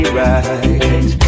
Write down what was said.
right